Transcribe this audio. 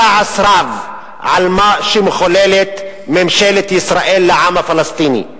כעס רב על מה שמחוללת ממשלת ישראל לעם הפלסטיני,